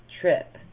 trip